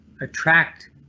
attract